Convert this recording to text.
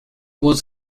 was